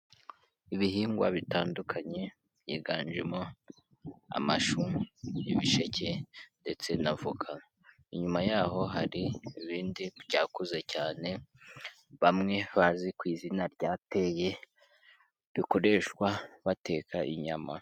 Ibihingwa bitandukanye byiganjemo amashu, ibisheke ndetse na avoka, inyuma y'aho hari ibindi byakuze cyane bamwe bazi ku izina rya teyi bikoreshwa bateka inyama.